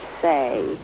say